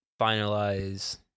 finalize